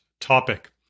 topic